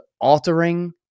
altering